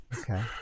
Okay